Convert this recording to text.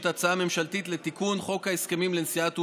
הצעה ממשלתית לתיקון חוק ההסכמים לנשיאת עוברים,